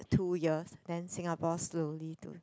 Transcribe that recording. two years then Singapore slowly do